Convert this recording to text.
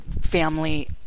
family